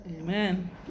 Amen